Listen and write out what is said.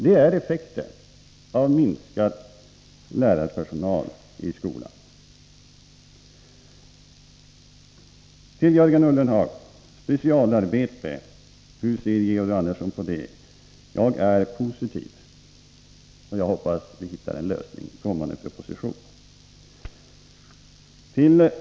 Det är effekten av minskad lärarpersonal i skolan. Hur ser Georg Andersson på specialarbete? frågade Jörgen Ullenhag. Jag är positiv, och jag hoppas att vi hittar en lösning i kommande proposition.